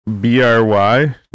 B-R-Y